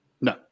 No